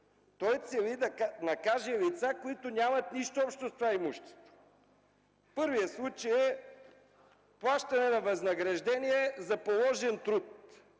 Той цели да накаже лица, които нямат нищо общо с това имущество. Първият случай е: „Плащане на възнаграждение за положен труд”.